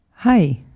Hi